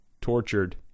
tortured